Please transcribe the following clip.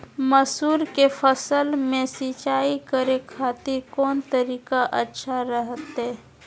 मसूर के फसल में सिंचाई करे खातिर कौन तरीका अच्छा रहतय?